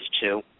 two